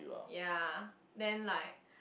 ya then like